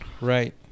right